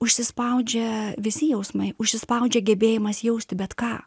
užsispaudžia visi jausmai užsispaudžia gebėjimas jausti bet ką